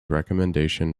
recommendation